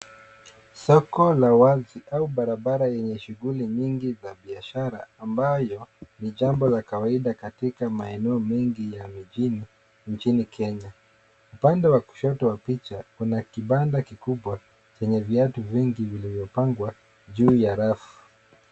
Soko la wazi au barabara yenye shuguuli nyingi za biashara ambayo ni jambo la kawaida katika maeneo mengi ya mijini nchini kenya. Upande wa kushoto wa picha kuna kibanda kikubwa chenye viatu vingi vilivyo pangwa juu ya rafu.